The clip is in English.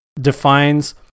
defines